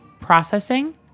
processing